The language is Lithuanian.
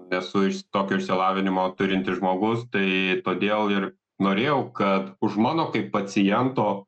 nesu is tokio išsilavinimo gydymo turintis žmogus tai todėl ir norėjau kad už mano kaip paciento